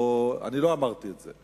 אני לא אמרתי את זה.